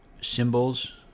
symbols